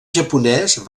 japonès